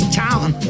town